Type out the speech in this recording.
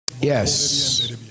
Yes